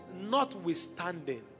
notwithstanding